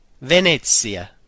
Venezia